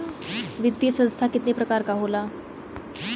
वित्तीय संस्था कितना प्रकार क होला?